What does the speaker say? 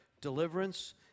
deliverance